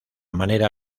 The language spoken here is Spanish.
manera